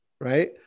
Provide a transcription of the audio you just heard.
right